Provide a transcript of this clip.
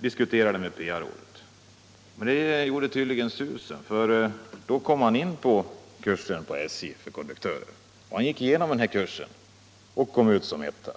diskuterade med företrädare för PA-rådet. Det gjorde tydligen susen, för han kom in på SJ:s kurs för konduktörer. Han gick igenom kursen och kom ut som etta.